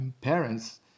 parents